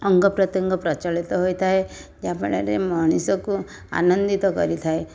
ଅଙ୍ଗ ପ୍ରତ୍ୟଙ୍ଗ ପ୍ରଚଳିତ ହୋଇଥାଏ ଯାହା ଫଳରେ ମଣିଷକୁ ଆନନ୍ଦିତ କରିଥାଏ